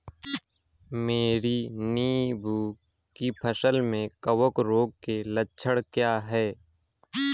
मेरी नींबू की फसल में कवक रोग के लक्षण क्या है?